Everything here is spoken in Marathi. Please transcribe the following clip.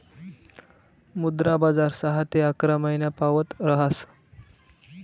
मुद्रा बजार सहा ते अकरा महिनापावत ऱहास